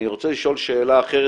אני רוצה לשאול שאלה אחרת,